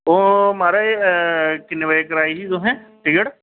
ओह् महाराज किन्ने बजे कराई ही तुसें टिकट